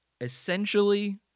Essentially